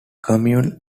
commune